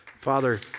Father